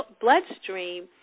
bloodstream